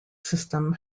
system